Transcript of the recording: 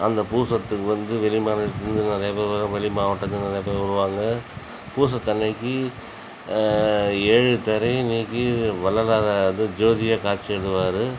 அந்த பூசத்துக்கு வந்து வெளிமாநிலத்துலேருந்து நிறையா பேர் வருவாங்க வெளி மாவட்டத்துலருந்து நிறைய பேர் வருவாங்க பூசத்து அன்னிக்கி ஏழு திரையும் நீக்கி வள்ளலாரை அப்படியே ஜோதியாக காட்சி தருவார்